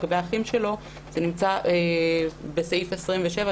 לגבי האחים שלו זה נמצא בסעיף 27,